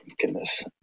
Goodness